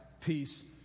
peace